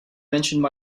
mentioned